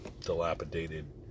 dilapidated